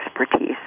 expertise